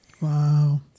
Wow